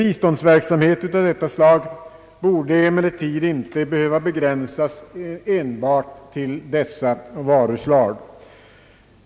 Biståndsverksamheten borde emellertid inte enbart begränsas till dessa varuslag.